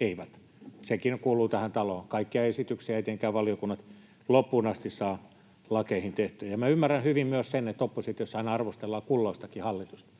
eivät. Sekin kuuluu tähän taloon. Kaikkia esityksiä eivät tietenkään valiokunnat loppuun asti saa lakeihin tehtyä. Minä ymmärrän hyvin myös sen, että oppositiossa aina arvostellaan kulloistakin hallitusta